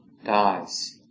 dies